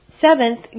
Seventh